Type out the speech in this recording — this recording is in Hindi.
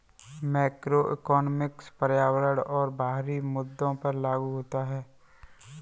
मैक्रोइकॉनॉमिक्स पर्यावरण और बाहरी मुद्दों पर लागू होता है